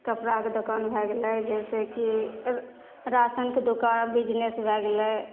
कपड़ाके दोकान भै गेलै जइसेकि ओ राशनके दोकान बिजनेस भै गेलै